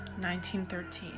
1913